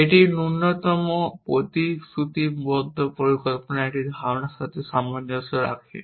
এটি ন্যূনতম প্রতিশ্রুতিবদ্ধ পরিকল্পনার এই ধারণার সাথে সামঞ্জস্য রেখে